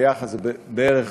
ביחד זה בערך